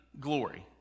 glory